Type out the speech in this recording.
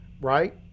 right